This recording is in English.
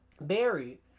buried